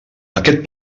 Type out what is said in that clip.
aquest